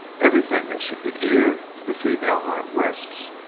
every thing that should be dear to the female heart, rests,